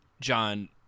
John